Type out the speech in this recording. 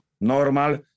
normal